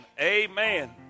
Amen